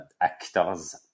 actors